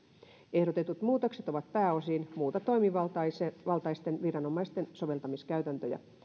ehdotetut muutokset eivät pääosin muuta toimivaltaisten toimivaltaisten viranomaisten soveltamiskäytäntöjä